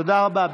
תודה רבה.